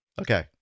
Okay